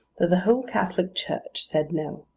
though the whole catholic church said no.